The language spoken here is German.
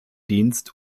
dienst